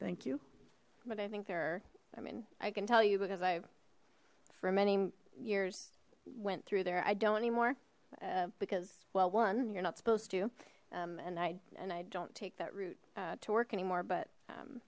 thank you but i think there are i mean i can tell you because i for many years went through there i don't anymore because well one you're not supposed to and i and i don't take that route to work anymore but